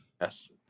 Yes